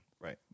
right